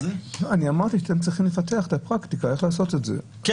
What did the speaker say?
סומכים עליכם שתדעו לעשות את זה לבד.